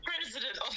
president